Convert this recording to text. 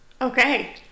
okay